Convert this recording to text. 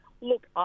Look